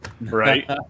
Right